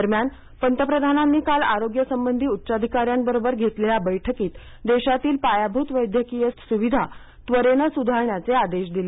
दरम्यान पंतप्रधानांनी काल आरोग्यसंबंधी उच्च अधिकाऱ्यांसोबत घेतलेल्या बैठकीत देशातील पायाभूत वैद्यकीय सुविधा त्वरेनं सुधारण्याचे आदेश दिले